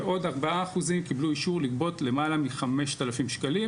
ועוד 4% קיבלו אישור לגבות למעלה מ-5,000 שקלים.